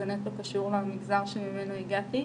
זה נטו קשור למגזר שממנו הגעתי.